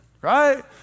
right